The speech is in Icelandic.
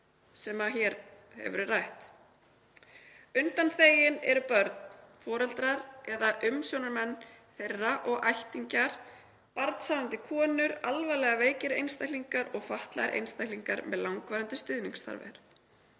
sem hér hefur verið rætt. Undanþegin eru börn, foreldrar eða umsjónarmenn barna og ættingjar, barnshafandi konur, alvarlega veikir einstaklingar og fatlaðir einstaklingar með langvarandi stuðningsþarfir.